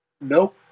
Nope